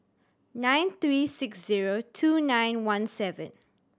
nine three six zero two nine one seven